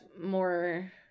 more